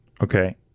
okay